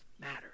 matters